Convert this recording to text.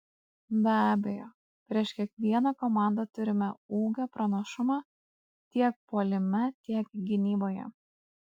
be abejo prieš kiekvieną komandą turime ūgio pranašumą tiek puolime tiek gynyboje